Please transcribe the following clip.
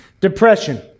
depression